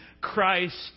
Christ